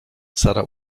sara